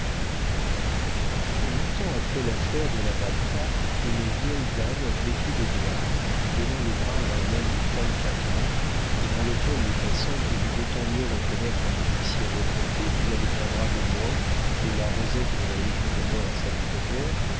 longtemps après l'affaire de la macta une vieille dame vêtue de noir donnant le bras à un homme de trente-quatre ans et dans lequel les passants pouvaient d'autant mieux reconnaître un officier retraité qu'il avait un bras de moins et la rosette de la légion-d'honneur à sa boutonnière